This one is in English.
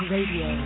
Radio